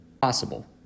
Possible